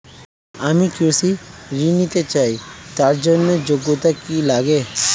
আমি কৃষি ঋণ নিতে চাই তার জন্য যোগ্যতা কি লাগে?